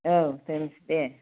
औ दोननोसै दे